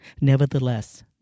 Nevertheless